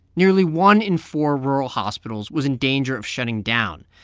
nearly one in four rural hospitals was in danger of shutting down.